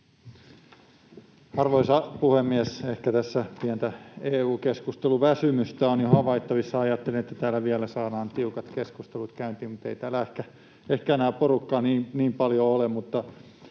Arvoisa puhemies! Ehkä tässä pientä EU-keskusteluväsymystä on jo havaittavissa. Ajattelin, että täällä vielä saadaan tiukat keskustelut käyntiin, mutta ei täällä ehkä enää porukkaa niin paljon ole.